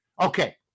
Okay